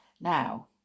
Now